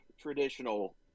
traditional